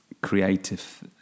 creative